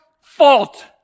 fault